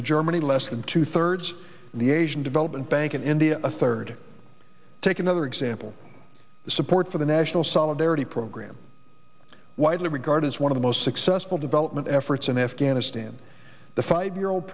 and germany less than two thirds of the asian development bank in india a third take another example the support for the national solidarity program widely regarded as one of the most successful development efforts in afghanistan the five year old